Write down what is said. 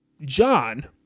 John